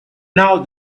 now